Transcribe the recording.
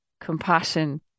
compassion